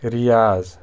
Riyaz